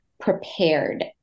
prepared